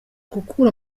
gukura